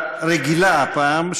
רגילה הפעם,